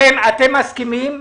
אתם מסכימים?